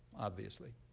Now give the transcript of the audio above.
obviously.